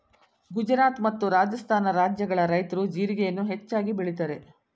ಗುಜರಾತ್ ಮತ್ತು ರಾಜಸ್ಥಾನ ರಾಜ್ಯಗಳ ರೈತ್ರು ಜೀರಿಗೆಯನ್ನು ಹೆಚ್ಚಾಗಿ ಬೆಳಿತರೆ